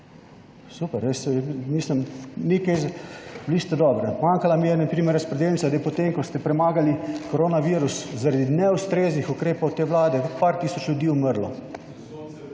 Super, jaz mislim, ni kaj, bili ste dobri. Manjkala mi je na primer razpredelnica, da je potem, ko ste premagali koronavirus, zaradi neustreznih ukrepov te vlade, par tisoč ljudi je umrlo.